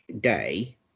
day